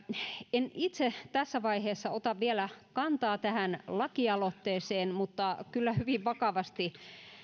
en itse tässä vaiheessa ota vielä kantaa tähän lakialoitteeseen mutta kyllä hyvin vakavasti